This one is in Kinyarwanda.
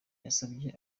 yasabye